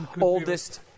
oldest